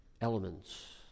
elements